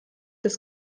des